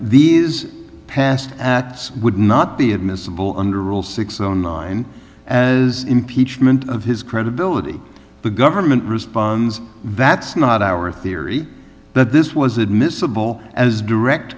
these past would not be admissible under rule six own line as impeachment of his credibility the government responds that's not our theory that this was admissible as a direct